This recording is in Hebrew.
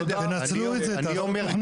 תנצלו את זה --- בואו,